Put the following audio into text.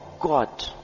God